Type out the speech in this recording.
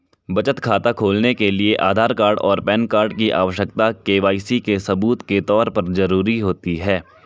बचत खाता खोलने के लिए आधार कार्ड और पैन कार्ड की आवश्यकता के.वाई.सी के सबूत के तौर पर ज़रूरी होती है